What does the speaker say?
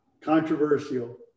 Controversial